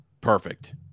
perfect